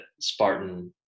Spartan